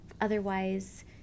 otherwise